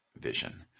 vision